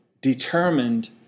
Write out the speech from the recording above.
determined